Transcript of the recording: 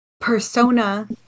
persona